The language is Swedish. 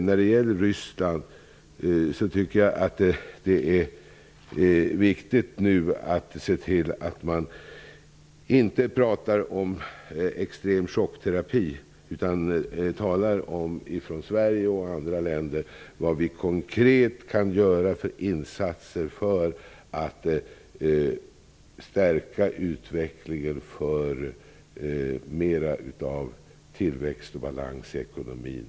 När det gäller Ryssland tycker jag att det är viktigt att man nu inte talar om extrem chockterapi. Ifrån Sverige och andra länder bör vi i stället tala om vilka konkreta insatser vi kan göra för att stärka utvecklingen mot mera tillväxt och balans i ekonomin.